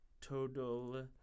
total